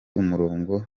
umurongo